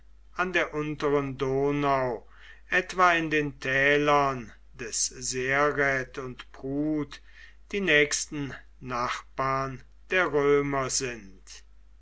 an der unteren donau etwa in den tälern des sereth und pruth die nächsten nachbarn der römer sind